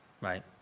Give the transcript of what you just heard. right